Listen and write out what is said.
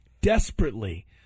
Desperately